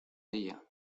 ella